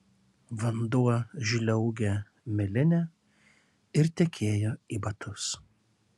vanduo žliaugė miline ir tekėjo į batus